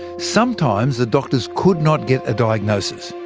sometimes the doctors could not get a diagnosis,